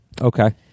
Okay